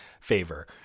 favor